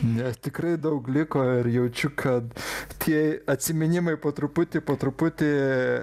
nes tikrai daug liko ir jaučiu kad tie atsiminimai po truputį po truputį